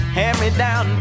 hand-me-down